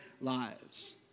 lives